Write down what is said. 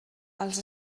els